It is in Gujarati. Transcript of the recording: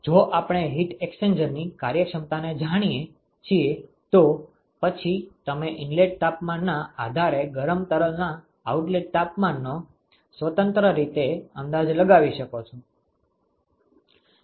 જો આપણે હીટ એક્સ્ચેન્જરની કાર્યક્ષમતાને જાણીએ છીએ તો પછી તમે ઇનલેટ તાપમાનના આધારે ગરમ તરલના આઉટલેટ તાપમાનનો સ્વતંત્ર રીતે અંદાજ લગાવી શકો છો